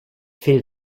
fehlt